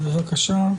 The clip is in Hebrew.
בבקשה,